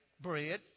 bread